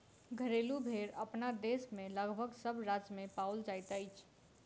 घरेलू भेंड़ अपना देश मे लगभग सभ राज्य मे पाओल जाइत अछि